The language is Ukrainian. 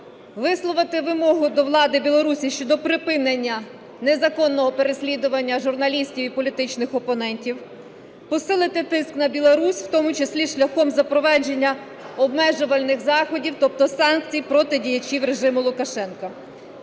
Висловити вимогу до влади Білорусі щодо припинення незаконного переслідування журналістів і політичних опонентів. Посилити тиск на Білорусь, в тому числі шляхом запровадження обмежувальних заходів, тобто санкцій проти діячів режиму Лукашенка.